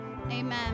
amen